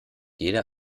jeder